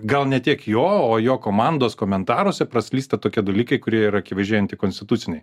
gal ne tiek jo o jo komandos komentaruose praslysta tokie dalykai kurie yra akivaizdžiai antikonstituciniai